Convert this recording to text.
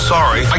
Sorry